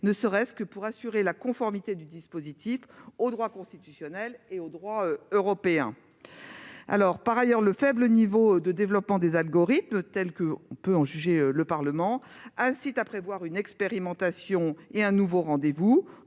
ne serait-ce que pour assurer la conformité du dispositif au droit constitutionnel et au droit européen. Par ailleurs, le faible niveau de développement des algorithmes- autant que nous puissions en juger -incite à prévoir une expérimentation et un nouveau rendez-vous